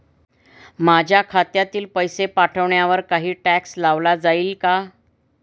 माझ्या खात्यातील पैसे पाठवण्यावर काही टॅक्स लावला जाईल का?